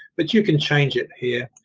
but you can change it here.